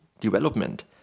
development